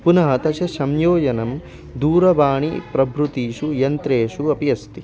पुनः तस्य संयोजनं दूरवाणी प्रभृतिषु यन्त्रेषु अपि अस्ति